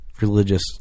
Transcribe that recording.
religious